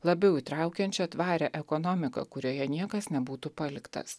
labiau įtraukiančią tvarią ekonomiką kurioje niekas nebūtų paliktas